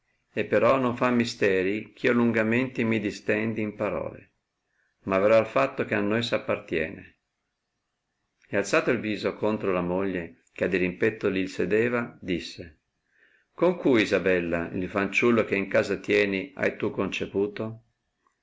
e però non fa mistieri eh io lungamente mi distendi in parole ma verrò al fatto che a noi s appartiene ed alzato il viso centra la moglie che a dirimpetto li sedeva disse con cui isabella il fanciullo che in casa tieni hai tu conceputo